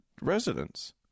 residents